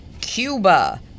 cuba